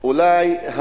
אולי,